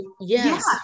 yes